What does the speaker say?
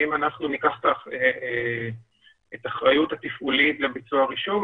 האם אנחנו ניקח את האחריות התפעולית לביצוע הרישום?